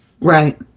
Right